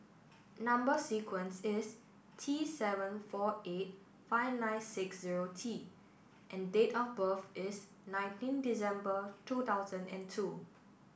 number sequence is T seven four eight five nine six zero T and date of birth is nineteen December two thousand and two